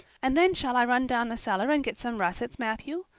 and then shall i run down the cellar and get some russets, matthew?